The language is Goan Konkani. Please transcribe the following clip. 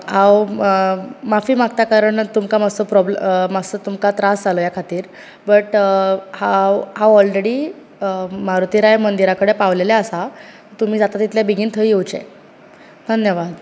हांव माफी मागता कारण मातसो तुमका प्रॉब्लम मातसो त्रास जालो ह्या खातीर बट हांव हांव ऑलरेडी मारूती राया मंदीरा कडेन पावलेले आसा तुमी जाता तितले बेगीन थंय येवचे धन्यवाद